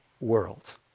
world